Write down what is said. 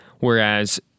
whereas